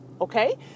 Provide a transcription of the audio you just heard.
okay